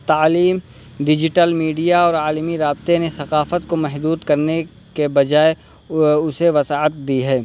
تعلیم digital media اور عالمی رابطے نے ثقافت کو محدود کرنے کے بجائے اسے وسعت دی ہے